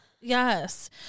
Yes